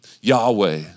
Yahweh